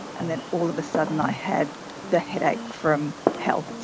and then all of a sudden i had the headache from hell,